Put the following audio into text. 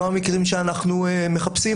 מחפשים.